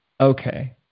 okay